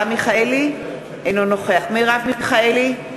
בעד מרב מיכאלי,